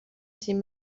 تیم